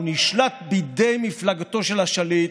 הוא נשלט בידי מפלגתו של השליט,